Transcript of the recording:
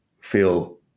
feel